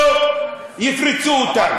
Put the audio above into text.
לא יפרצו אותם?